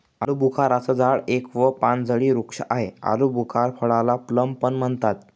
आलूबुखारा चं झाड एक व पानझडी वृक्ष आहे, आलुबुखार फळाला प्लम पण म्हणतात